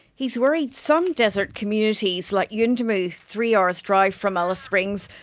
he's worried some desert communities like yuendumu, three hours' drive from alice springs,